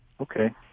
Okay